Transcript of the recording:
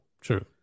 True